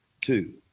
two